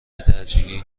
ترجیحی